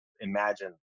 imagine